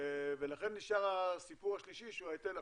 ולכן נשאר הסיפור השלישי שהוא ההיטל עכשיו.